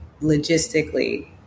logistically